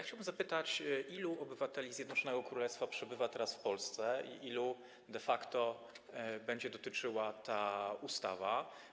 Chciałbym zapytać, ilu obywateli Zjednoczonego Królestwa przebywa teraz w Polsce i ilu de facto będzie dotyczyła ta ustawa.